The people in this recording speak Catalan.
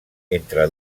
entre